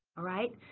alright,